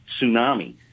tsunami